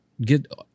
get